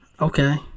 Okay